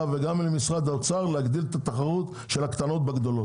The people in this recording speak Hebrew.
וגם למשרד האוצר להגדיל את התחרות של הקטנות בגדולות.